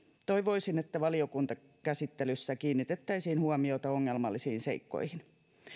toivoisin että valiokuntakäsittelyssä kiinnitettäisiin huomiota ongelmallisiin seikkoihin